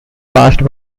passed